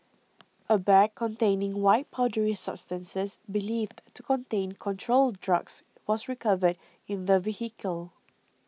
a bag containing white powdery substances believed to contain controlled drugs was recovered in the vehicle